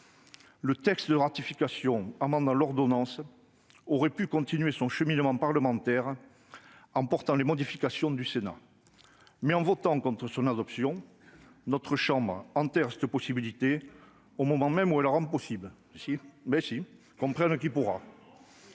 le texte de ratification amendant l'ordonnance aurait pu continuer son cheminement parlementaire en portant les modifications du Sénat. Mais, en votant contre son adoption, notre chambre enterre cette possibilité au moment même où elle la rend possible. Pas du tout ! Si ! Comprenne qui pourra.